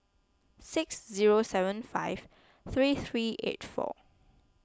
six zero seven five three three eight four